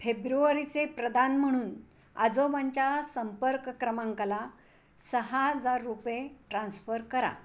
फेब्रुवारीचे प्रदान म्हणून आजोबांच्या संपर्क क्रमांकाला सहा हजार रुपये ट्रान्स्फर करा